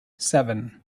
seven